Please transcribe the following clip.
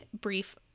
brief